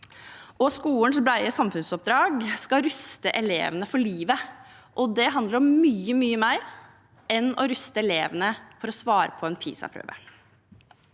Skolens brede samfunnsoppdrag er å ruste elevene for livet. Det handler om mye, mye mer enn å ruste elevene for å svare på en PISA-prøve.